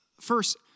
First